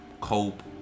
cope